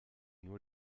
nur